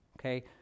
okay